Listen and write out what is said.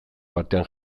batean